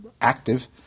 active